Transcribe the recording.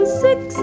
six